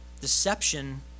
Deception